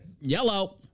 Yellow